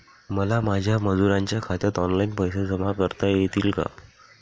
मला माझ्या मजुरांच्या खात्यात ऑनलाइन पैसे जमा करता येतील का?